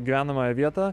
gyvenamąją vietą